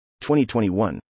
2021